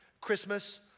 Christmas